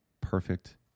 perfect